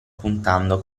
puntando